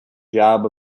job